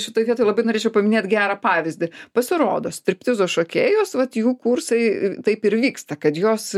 šitoj vietoj labai norėčiau paminėt gerą pavyzdį pasirodo striptizo šokėjos vat jų kursai taip ir vyksta kad jos